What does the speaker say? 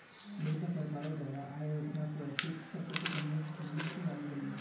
बहुतला सरकारोंर द्वारा आय योजनार स्वैच्छिक प्रकटीकरनेर खिल्ली उडाल गेल छे